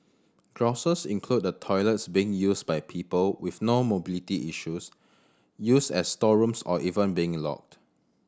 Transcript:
grouses include the toilets being used by people with no mobility issues used as storerooms or even being locked